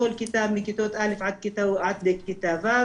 בכל כיתה מכיתות א' עד כיתה ו',